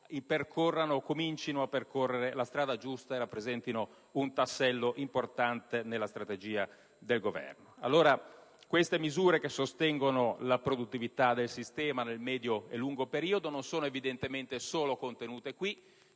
economico, comincino a percorrere la strada giusta e rappresentino un tassello importante nella strategia del Governo. Queste misure, che sostengono la produttività del sistema nel medio e nel lungo periodo, non sono contenute solo in questo